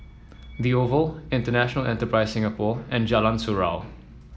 the Oval International Enterprise Singapore and Jalan Surau